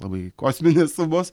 labai kosminės sumos